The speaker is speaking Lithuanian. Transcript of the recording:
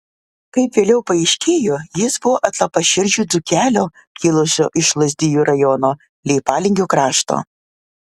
kaip vėliau paaiškėjo jis buvo atlapaširdžio dzūkelio kilusio iš lazdijų rajono leipalingio krašto